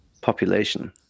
population